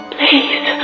Please